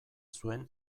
zuen